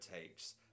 takes